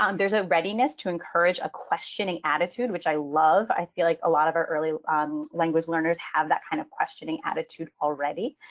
um there's a readiness to encourage a questioning attitude, which i love. i feel like a lot of our early language learners have that kind of questioning attitude already.